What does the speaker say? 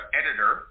editor